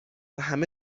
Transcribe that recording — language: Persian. همه